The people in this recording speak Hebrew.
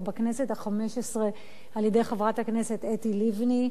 בכנסת החמש-עשרה על-ידי חברת הכנסת אתי לבני.